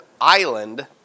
island